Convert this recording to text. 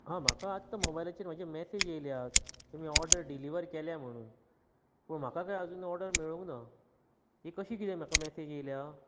हां म्हाका आत्ता मोबायलाचेर म्हज्या मेसेज येयल्या तुमी ऑडर डिलीवर केल्या म्हणून पूण म्हाका कांय आजून ऑडर मेळूंक ना ही कशी कितें म्हाका मेसेज येयल्या